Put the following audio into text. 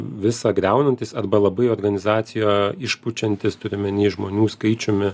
visa griaunantis arba labai organizaciją išpučiantis turiu omeny žmonių skaičiumi